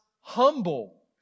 humble